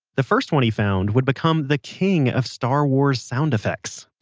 the first one he found would become the king of star wars sound effects